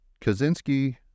Kaczynski